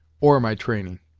or my training!